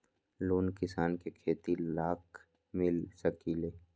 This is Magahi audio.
लोन किसान के खेती लाख मिल सकील?